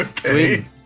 Sweet